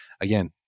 again